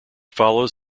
follows